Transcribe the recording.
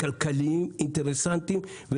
כלכליים אינטרסנטיים.